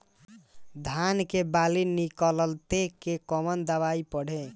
धान के बाली निकलते के कवन दवाई पढ़े?